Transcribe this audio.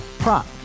Prop